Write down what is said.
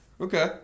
Okay